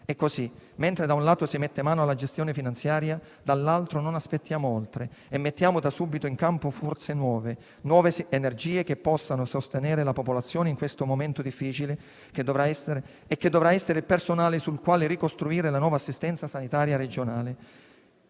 Così, mentre da un lato si mette mano alla gestione finanziaria, dall'altro non aspettiamo oltre e da subito mettiamo in campo forze ed energie nuove, che possano sostenere la popolazione in questo momento difficile e che dovranno essere il personale sul quale ricostruire la nuova assistenza sanitaria regionale.